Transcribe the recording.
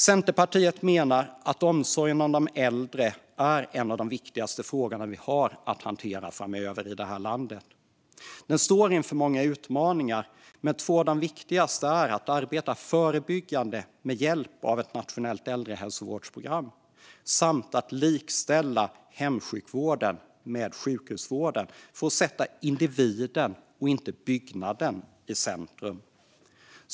Centerpartiet menar att omsorgen om de äldre är en av de viktigaste frågorna vi har att hantera framöver i det här landet. Den står inför många utmaningar, men två av de viktigaste är att arbeta förebyggande med hjälp av ett nationellt äldrehälsovårdsprogram samt att likställa hemsjukvården med sjukhusvården för att sätta individen, inte byggnaden, i centrum.